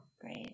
Great